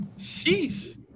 sheesh